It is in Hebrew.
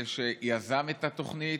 שיזם את התוכנית,